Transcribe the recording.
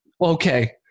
Okay